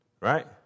Right